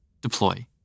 Deploy